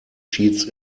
cheats